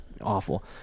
awful